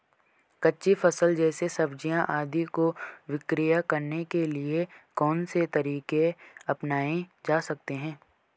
कच्ची फसल जैसे सब्जियाँ आदि को विक्रय करने के लिये कौन से तरीके अपनायें जा सकते हैं?